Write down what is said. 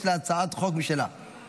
שהיא הצעת חוק שלישית.